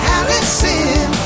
Allison